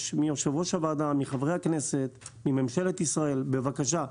מיושב ראש הוועדה ומחברי הכנסת ומממשלת ישראל בבקשה,